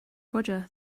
roger